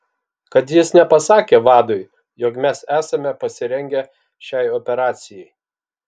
kad jis nepasakė vadui jog mes esame pasirengę šiai operacijai